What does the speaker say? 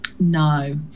no